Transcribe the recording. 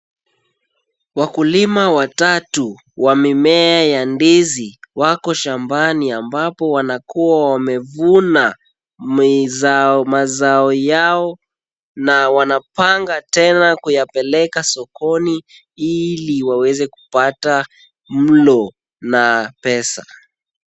Wakulima watatu wa mimea ya ndizi wako shambani, ambapo wanakuwa wamevuna mazao yao na wanapqanga tena kutapeleka sokoni ili waweze kupata mlo na pesa.